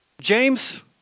James